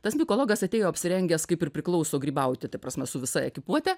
tas mikologas atėjo apsirengęs kaip ir priklauso grybauti ta prasme su visa ekipuote